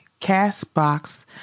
Castbox